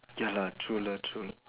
ya lah true lah true lah